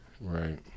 Right